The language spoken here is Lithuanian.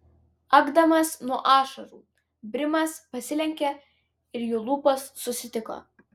akdamas nuo ašarų brimas pasilenkė ir jų lūpos susitiko